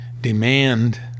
demand